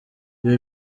ibi